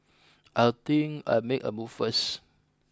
I'll think I'll make a move first